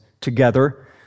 together